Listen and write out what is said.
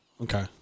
Okay